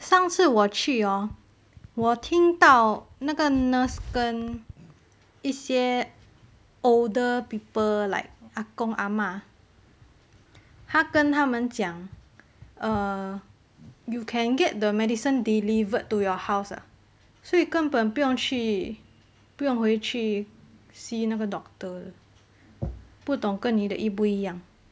上次我去 hor 我听到那个 nurse 跟一些 older people like 阿公阿嫲她跟他们讲 err you can get the medicine delivered to your house ah 所以根本不用去不用回去 see 那个 doctor 的不懂跟你的一不一样